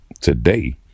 today